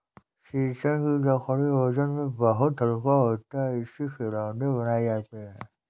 शीशम की लकड़ी वजन में बहुत हल्का होता है इससे खिलौने बनाये जाते है